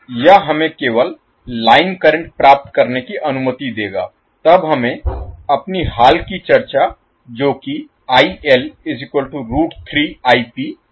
यह हमें केवल लाइन करंट प्राप्त करने की अनुमति देगा तब हमें अपनी हाल की चर्चा जो कि का उपयोग करना होगा